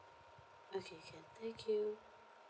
okay can thank you